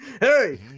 Hey